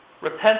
Repent